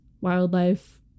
wildlife